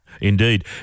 Indeed